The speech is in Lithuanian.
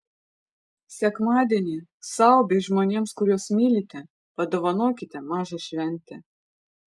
sekmadienį sau bei žmonėms kuriuos mylite padovanokite mažą šventę